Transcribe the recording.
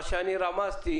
מה שאני רמזתי,